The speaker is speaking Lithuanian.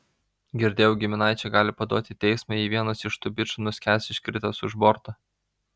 girdėjau giminaičiai gali paduoti į teismą jei vienas iš tų bičų nuskęs iškritęs už borto